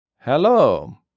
Hello